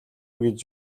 гэж